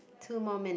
two more minute